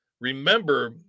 remember